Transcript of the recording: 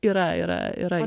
yra yra yra